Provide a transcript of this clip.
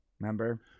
remember